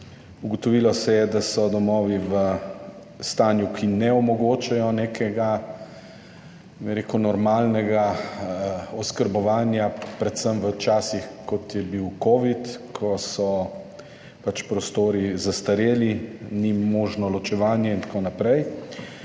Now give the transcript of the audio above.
Ugotovilo se je, da so domovi v stanju, ki ne omogočajo nekega normalnega oskrbovanja, predvsem v časih, kot je bil covid, ko so prostori zastareli, ni možno ločevanje in tako naprej.